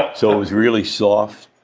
ah so it was really soft,